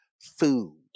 food